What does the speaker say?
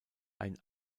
ein